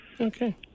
Okay